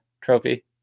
trophy